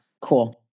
Cool